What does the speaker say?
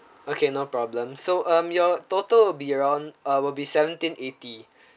okay no problem so um your total will be around uh will be seventeen-eighty